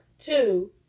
two